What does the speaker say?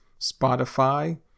Spotify